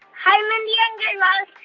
hi, mindy and guy raz.